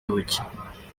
bucya